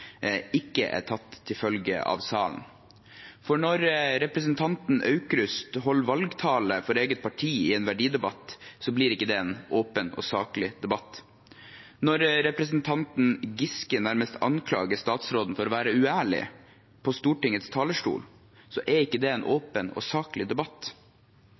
ikke er tatt til følge av salen. For når representanten Aukrust holder valgtale for eget parti i en verdidebatt, blir det ikke en åpen og saklig debatt. Når representanten Giske nærmest anklager statsråden for å være uærlig på Stortingets talerstol, blir det ikke en åpen og saklig debatt.